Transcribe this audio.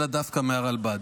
אלא דווקא מהרלב"ד.